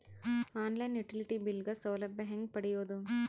On line utility bill ಗ ಸೌಲಭ್ಯ ಹೇಂಗ ಪಡೆಯೋದು?